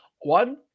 One